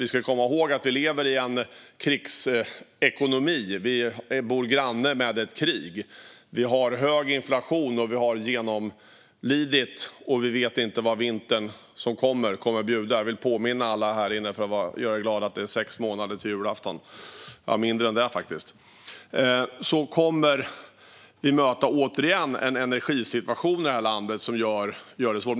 Vi ska komma ihåg att vi lever i en krigsekonomi. Vi bor granne med ett krig. Vi har hög inflation. Vi har genomlidit en pandemi, och vi vet inte vad den kommande vintern kommer att bjuda. Jag vill påminna alla här inne om att det är sex månader till julafton - ja, mindre än det, faktiskt. Då kommer vi återigen att möta en energisituation i det här landet som gör det svårt.